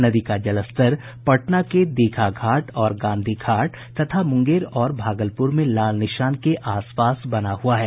नदी का जलस्तर पटना के दीघा घाट और गांधी घाट तथा मुंगेर और भागलपुर में लाल निशान के आस पास बना हुआ है